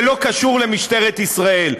זה לא קשור למשטרת ישראל,